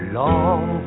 long